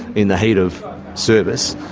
in the heat of service,